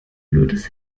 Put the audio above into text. blödes